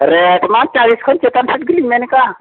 rate ᱢᱟ ᱪᱟᱞᱤᱥ ᱠᱷᱚᱱ ᱪᱮᱛᱟᱱ ᱥᱮᱫ ᱜᱮᱞᱤᱧ ᱢᱮᱱᱟᱠᱟᱜᱼᱟ